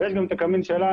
ויש גם את הקמין שלנו.